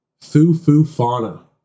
foo-foo-fauna